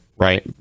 right